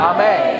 Amen